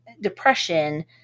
depression